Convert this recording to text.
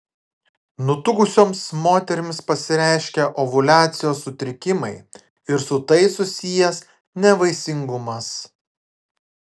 nutukusioms moterims pasireiškia ovuliacijos sutrikimai ir su tai susijęs nevaisingumas